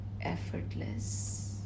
effortless